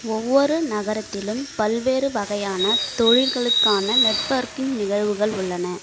ஒவ்வொரு நகரத்திலும் பல்வேறு வகையான தொழில்களுக்கான நெட்வொர்க்கிங் நிகழ்வுகள் உள்ளன